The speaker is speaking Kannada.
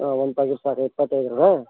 ಹಾಂ ಒಂದು ಪಾಕೆಟ್ ಸಾಕಾ ಎಪ್ಪತ್ತೈದರದ್ದೂ